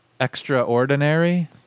extraordinary